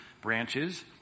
Branches